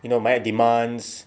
you know banyak demands